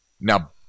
Now